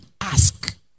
ask